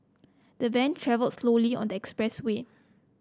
the van travelled slowly on the express way